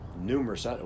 Numerous